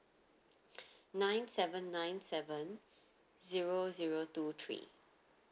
nine seven nine seven zero zero two three